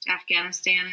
Afghanistan